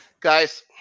Guys